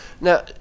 now